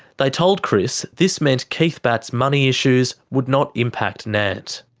they told chris this meant keith batt's money issues would not impact nant.